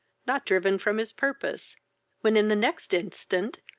not driven from his purpose when, in the next instant,